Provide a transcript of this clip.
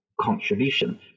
contribution